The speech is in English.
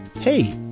hey